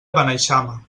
beneixama